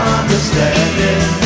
understanding